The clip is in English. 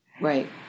Right